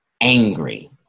angry